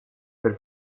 del